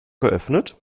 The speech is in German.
geöffnet